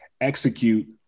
execute